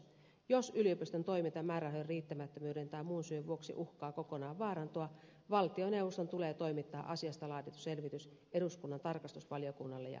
jos yliopiston toiminta määrärahojen riittämättömyyden tai muun syyn vuoksi uhkaa kokonaan vaarantua valtioneuvoston tulee toimittaa asiasta laadittu selvitys eduskunnan tarkastusvaliokunnalle ja sivistysvaliokunnalle